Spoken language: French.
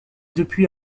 depuis